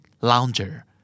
lounger